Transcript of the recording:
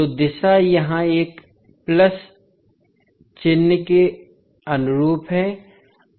तोदिशा यहां एक प्लस चिह्न के अनुरूप है